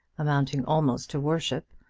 amounting almost to worship,